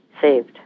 saved